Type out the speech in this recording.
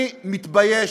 אני מתבייש,